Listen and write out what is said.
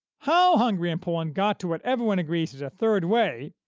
how hungary and poland got to what everyone agrees is a third way,